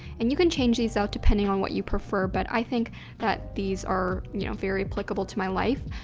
and you can change these out depending on what you prefer, but i think that these are you know very applicable to my life.